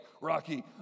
Rocky